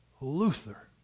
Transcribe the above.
Luther